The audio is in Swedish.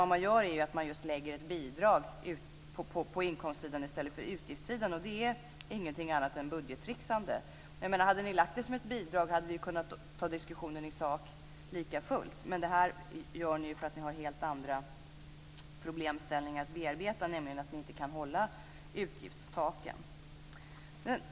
Vad man gör är just att lägga ett bidrag på inkomstsidan i stället för på utgiftssidan, och det är ingenting annat än budgettricksande. Hade ni lagt det som ett bidrag menar jag att ni hade kunnat ta diskussionen i sak likafullt. Det här gör ni därför att ni har helt andra problemställningar att bearbeta, nämligen att ni inte kan hålla utgiftstaken.